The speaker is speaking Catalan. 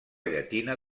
llatina